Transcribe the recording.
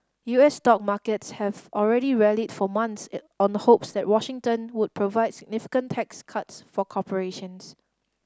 U S stock markets have already rallied for months it on a hopes that Washington would provide significant tax cuts for corporations